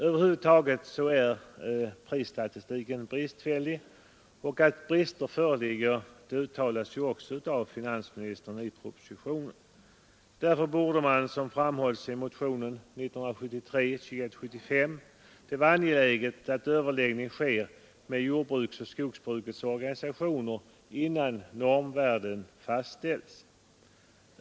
Över huvud taget är prisstatistiken bristfällig, och att brister föreligger uttalas ju också av finansministern i propositionen. Därför borde det, som framhålls i motionen 2175, vara angeläget att överläggning sker med jordbruksoch skogsbruksorganisationer innan normvärden fastställs.